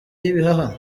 y’ibihaha